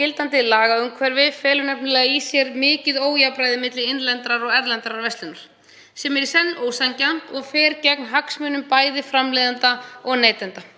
Gildandi lagaumhverfi felur nefnilega í sér mikið ójafnræði milli innlendrar og erlendrar verslunar sem er í senn ósanngjarnt og fer gegn hagsmunum bæði framleiðenda og neytenda.